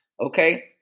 okay